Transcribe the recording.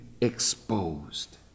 exposed